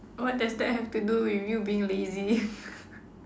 what does that have to do with you being lazy